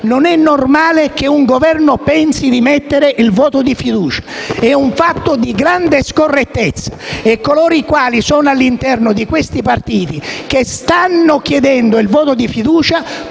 Non è normale che un Governo pensi di mettere il voto di fiducia. È un fatto di grande scorrettezza e coloro i quali sono all'interno dei partiti che stanno chiedendo il voto di fiducia,